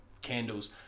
candles